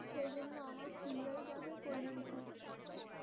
সেই জন্য আমার ফিল্ড গাইড একজনকে প্রয়োজন ছিল